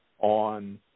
on